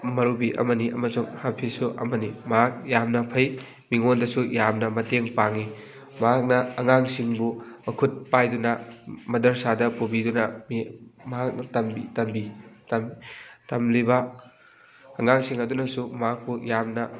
ꯃꯧꯔꯨꯕꯤ ꯑꯃꯅꯤ ꯑꯃꯁꯨꯡ ꯍꯥꯐꯤꯁꯁꯨ ꯑꯃꯅꯤ ꯃꯍꯥꯛ ꯌꯥꯝꯅ ꯐꯩ ꯃꯤꯉꯣꯟꯗꯁꯨ ꯌꯥꯝꯅ ꯃꯇꯦꯡ ꯄꯥꯡꯉꯤ ꯃꯍꯥꯛꯅ ꯑꯉꯥꯡꯁꯤꯡꯕꯨ ꯃꯈꯨꯠ ꯄꯥꯏꯗꯨꯅ ꯃꯗꯔꯁꯥꯗ ꯄꯨꯕꯤꯗꯨꯅ ꯃꯍꯥꯛꯅ ꯇꯝꯕꯤ ꯇꯝꯂꯤꯕ ꯑꯉꯥꯡꯁꯤꯡ ꯑꯗꯨꯅꯁꯨ ꯃꯍꯥꯛꯄꯨ ꯌꯥꯝꯅ